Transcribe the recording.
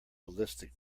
ballistic